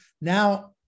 Now